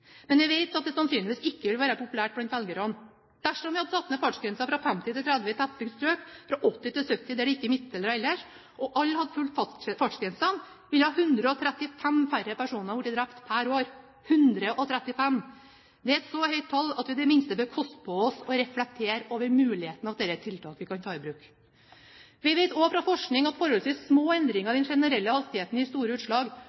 men vi vet at det sannsynligvis ikke vil være populært blant velgerne. Dersom vi hadde satt ned fartsgrensene fra 50 til 30 km/t i tettbygd strøk og fra 80 til 70 km/t der det ikke er midtdelere ellers, og alle hadde fulgt fartsgrensene, ville 135 færre personer blitt drept hvert år – 135 personer. Det er et så høyt tall at vi i det minste bør koste på oss å reflektere over muligheten for at dette er tiltak vi kan ta i bruk. Vi vet også fra forskning at forholdsvis små endringer i den generelle hastigheten gir store utslag.